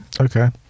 Okay